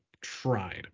tried